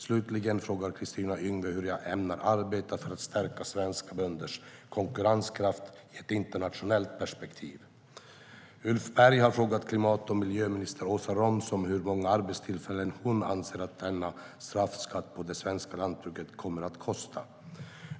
Slutligen frågar Kristina Yngwe hur jag ämnar arbeta för att stärka svenska bönders konkurrenskraft i ett internationellt perspektiv. Ulf Berg har frågat klimat och miljöminister Åsa Romson hur många arbetstillfällen hon anser att denna straffskatt på det svenska lantbruket kommer att kosta.